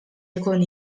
ikun